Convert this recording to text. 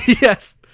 yes